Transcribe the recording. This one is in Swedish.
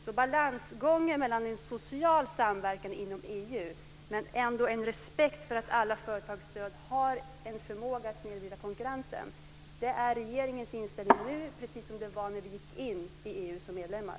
Regeringens inställning nu är den som vi hade när vi gick in i EU som medlemmar; vi vill upprätthålla en social samverkan inom EU med respekt för att alla företagsstöd har en förmåga att snedvrida konkurrensen.